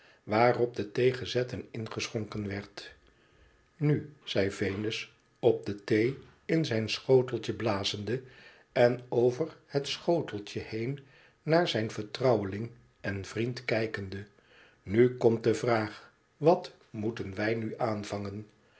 waarop de thee gezet en ingeschonken werd nu zei venus op de thee in zijn schoteltje blazende en over het schoteltje heen naar zijn vertrouweling en vriend kijkende nu komt de vraag wat moeten wij nu aanvangen